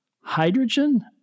Hydrogen